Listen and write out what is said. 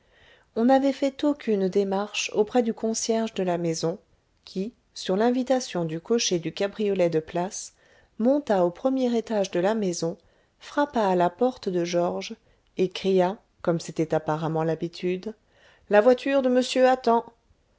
on n'avait fait aucune démarche auprès du concierge de la maison qui sur l'invitation du cocher du cabriolet de place monta au premier étage de la maison frappa à la porte de georges et cria comme c'était apparemment l'habitude la voiture de monsieur attend